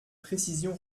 précision